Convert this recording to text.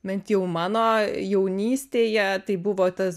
bent jau mano jaunystėje tai buvo tas